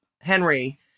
henry